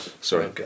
Sorry